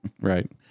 right